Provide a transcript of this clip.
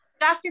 Dr